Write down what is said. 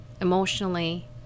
emotionally